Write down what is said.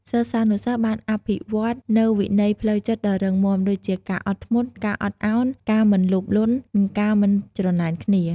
សិស្សានុសិស្សបានអភិវឌ្ឍនូវវិន័យផ្លូវចិត្តដ៏រឹងមាំ ដូចជាការអត់ធ្មត់ ការអត់ឱន ការមិនលោភលន់ និងការមិនច្រណែនគ្នា។